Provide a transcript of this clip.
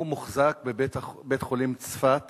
והוא מוחזק בבית-החולים צפת